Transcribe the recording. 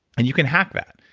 and you can hack that.